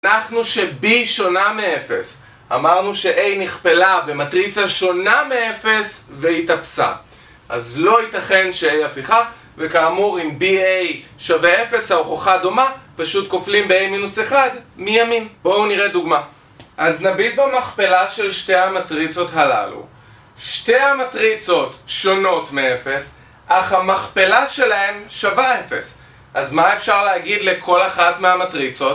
אנחנו ש-B שונה מ-0 אמרנו ש-A נכפלה במטריצה שונה מ-0 והיא תפסה. אז לא יתכן ש-A הפיכה וכאמור, אם BA שווה 0, ההוכחה דומה פשוט כופלים ב-A-1 מימין בואו נראה דוגמה. אז נביט במכפלה של שתי המטריצות הללו שתי המטריצות שונות מ-0 אך המכפלה שלהן שווה 0 אז מה אפשר להגיד לכל אחת מהמטריצות?